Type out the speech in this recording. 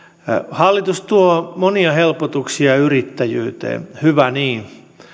hallitus tuo monia helpotuksia yrittäjyyteen hyvä niin